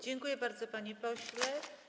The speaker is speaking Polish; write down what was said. Dziękuję bardzo, panie pośle.